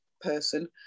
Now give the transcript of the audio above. person